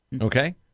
Okay